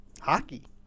hockey